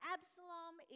Absalom